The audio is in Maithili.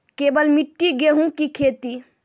केवल मिट्टी गेहूँ की खेती?